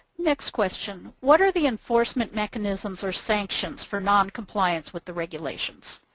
next question. what are the enforcement mechanisms or sanctions for noncompliance with the regulations?